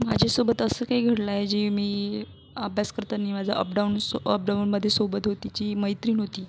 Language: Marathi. माझ्यासोबत असं काही घडलं आहे जे मी अभ्यास करताना माझं अपडाऊन सो अपडाऊनमध्ये सोबत होतीची मैत्रीण होती